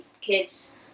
kids